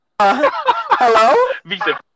Hello